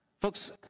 Folks